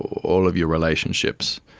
all of your relationships,